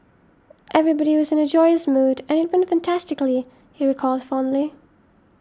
everybody was in a joyous mood and it went fantastically he recalled fondly